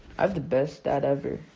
i have the best dad ever.